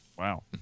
Wow